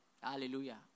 Hallelujah